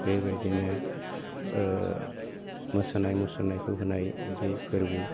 बेबायदिनो मोसानाय मुसुरनायखौ होनाय बे फोरबो